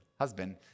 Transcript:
husband